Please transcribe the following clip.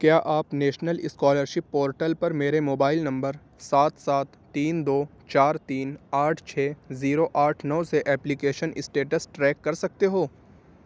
کیا آپ national scholarship portal پر میرے موبائل نمبر سات سات تین دو چار تین آٹھ چھ زیرو آٹھ نو سے ایپلیکیشن اسٹیٹس ٹریک کر سکتے ہو